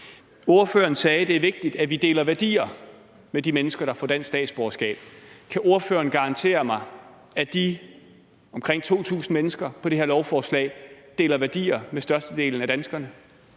Ordføreren sagde, at det er vigtigt, at vi deler værdier med de mennesker, der får dansk statsborgerskab. Kan ordføreren garantere mig, at de omkring 2.000 mennesker på det her lovforslag deler værdier med størstedelen af danskerne?